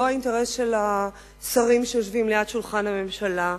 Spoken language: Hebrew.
האינטרס של השרים שיושבים ליד שולחן הממשלה,